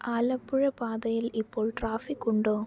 ആലപ്പുഴ പാതയിൽ ഇപ്പോൾ ട്രാഫിക്കുണ്ടോ